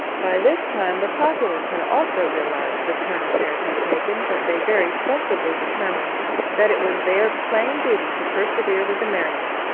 by this time the populace had also realised the turn affairs had taken, but they very sensibly determined that it was their plain duty to persevere with the merriment.